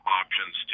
options